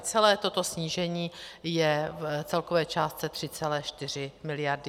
Celé toto snížení je v celkové částce 3,4 miliardy.